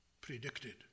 predicted